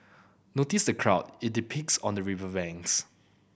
notice the crowd it depicts on the river banks